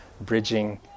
bridging